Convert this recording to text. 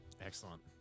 Excellent